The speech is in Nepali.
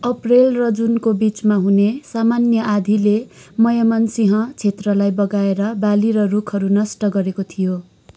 एप्रिल र जुनको बिचमा हुने सामान्य आँधीले मयमनसिंह क्षेत्रलाई बगाएर बाली र रुखहरू नष्ट गरेको थियो